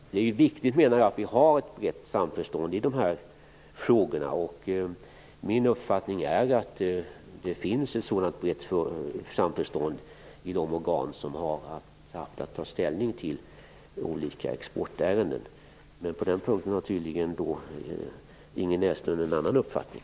Det är viktigt att vi har ett brett samförstånd i dessa frågor, och min uppfattning är att det finns ett sådant samförstånd i de organ som haft att ta ställning till olika exportärenden. Men på den punkten har tydligen Ingrid Näslund en annan uppfattning.